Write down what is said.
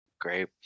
Great